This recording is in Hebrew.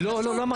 לא, לא אמרתי.